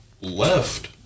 left